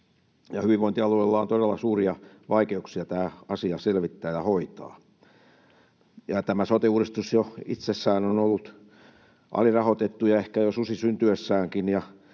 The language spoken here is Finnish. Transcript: hyvinvointialueilla on todella suuria vaikeuksia tämä asia selvittää ja hoitaa. Tämä sote-uudistus jo itsessään on ollut alirahoitettu ja ehkä jo susi syntyessäänkin,